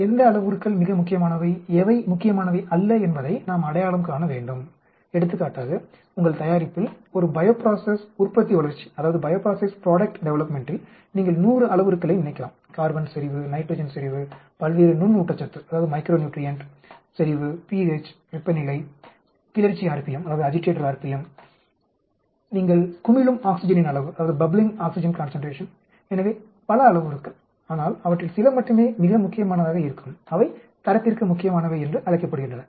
எந்த அளவுருக்கள் மிக முக்கியமானவை எவை முக்கியமானவை அல்ல என்பதை நாம் அடையாளம் காண வேண்டும் எடுத்துக்காட்டாக உங்கள் தயாரிப்பில் ஒரு பையோப்ராசஸ் உற்பத்தி வளர்ச்சியில் நீங்கள் 100 அளவுருக்களை நினைக்கலாம் கார்பன் செறிவு நைட்ரஜன் செறிவு பல்வேறு நுண் ஊட்டச்சத்து செறிவு pH வெப்பநிலை கிளர்ச்சி r p m நீங்கள் குமிழும் ஆக்ஸிஜனின் அளவு எனவே பல அளவுருக்கள் ஆனால் அவற்றில் சில மட்டுமே மிக முக்கியமானதாக இருக்கும் அவை தரத்திற்கு முக்கியமானவை என்று அழைக்கப்படுகின்றன